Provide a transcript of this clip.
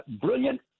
brilliant